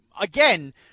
again